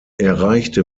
erreichte